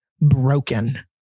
broken